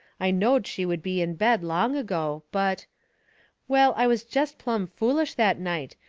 i knowed she would be in bed long ago, but well, i was jest plumb foolish that night,